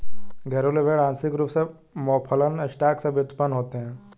घरेलू भेड़ आंशिक रूप से मौफलन स्टॉक से व्युत्पन्न होते हैं